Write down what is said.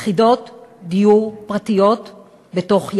יחידות דיור פרטיות בתוך יער?